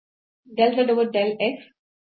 Del z over del x